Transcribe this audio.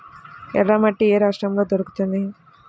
ఎర్రమట్టి ఏ రాష్ట్రంలో దొరుకుతుంది?